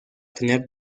tener